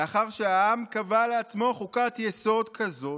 לאחר שהעם קבע לעצמו חוקת יסוד כזאת,